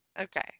Okay